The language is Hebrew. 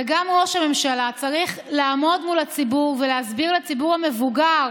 וגם ראש הממשלה צריך לעמוד מול הציבור ולהסביר לציבור המבוגר,